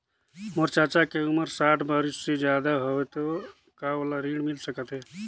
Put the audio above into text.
मोर चाचा के उमर साठ बरिस से ज्यादा हवे तो का ओला ऋण मिल सकत हे?